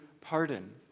pardon